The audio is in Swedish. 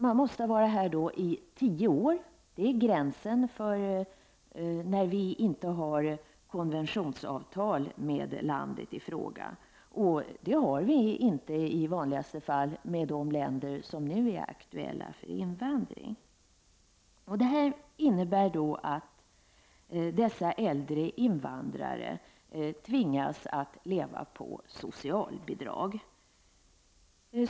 Man måste nämligen ha varit här i landet i tio år. Den gränsen gäller i de fall då vi inte har tecknat konventionsavtal med invandrarnas resp. hemländer. Det har vi i de flesta fall inte när det gäller de länder från vilka invandring sker. Detta innebär att dessa äldre invandrare tvingas leva på socialbidrag.